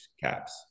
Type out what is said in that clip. caps